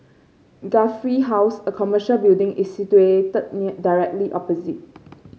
Guthrie House a commercial building is situated near directly opposite